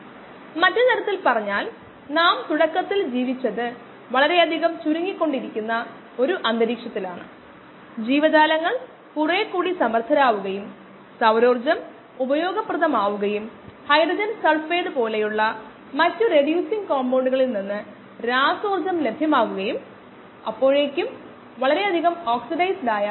stirred tank bio reactor air lift bio reactor solid state bio reactor single use bio റിയാക്ടറുകൾ photo bio റിയാക്ടറുകൾ packed bed bio റിയാക്ടറുകൾ fluidised bed bio റിയാക്ടറുകൾ തുടങ്ങിയവ നമ്മൾ സാധാരണയായി കണ്ട ചില ബയോ റിയാക്ടറുകൾ ആണ്